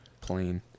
plane